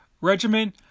regimen